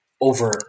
over